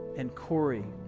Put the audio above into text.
and corey.